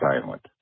silent